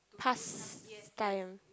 pastime